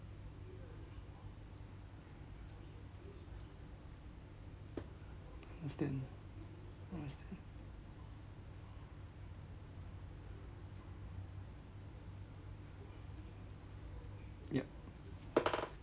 understand understand yup